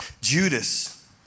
Judas